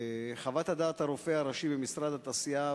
חוות דעת הרופא הראשי במשרד התעשייה,